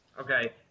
Okay